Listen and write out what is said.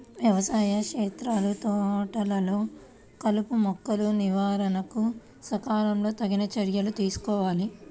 వ్యవసాయ క్షేత్రాలు, తోటలలో కలుపుమొక్కల నివారణకు సకాలంలో తగిన చర్యలు తీసుకోవాలి